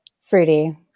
Fruity